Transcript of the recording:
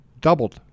doubled